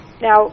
Now